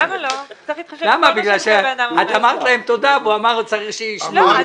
את אמרת להם תודה והוא אמר שכדאי שהם ישמעו.